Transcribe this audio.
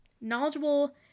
Knowledgeable